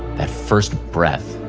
that first breath,